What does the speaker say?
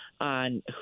on